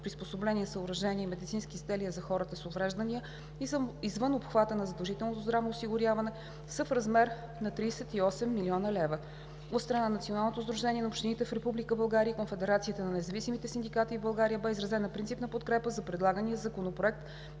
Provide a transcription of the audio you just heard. приспособления, съоръжения и медицински изделия за хората с увреждания, извън обхвата на задължителното здравно осигуряване, са в размер на 38 млн. лв. От страна на Националното сдружение на общините в Република България и Конфедерацията на независимите синдикати в България бе изразена принципна подкрепа за предлагания законопроект,